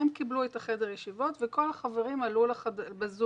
הם קיבלו את חדר הישיבות וכל החברים עלו ב"זום".